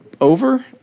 over